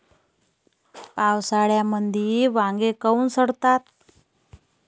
पावसाळ्यामंदी वांगे काऊन सडतात?